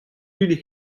dud